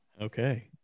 Okay